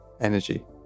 energy